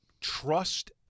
trust